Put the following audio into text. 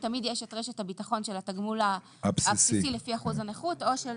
תמיד יש את רשת הביטחון של התגמול הבסיסי לפי אחוז הנכות או של